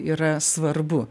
yra svarbu